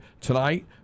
tonight